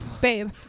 babe